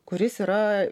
kuris yra